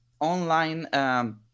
online